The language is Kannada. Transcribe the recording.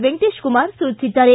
ವೆಂಕಟೇಶ ಕುಮಾರ್ ಸೂಚಿಸಿದ್ದಾರೆ